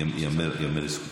ייאמר לזכותם.